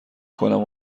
کنم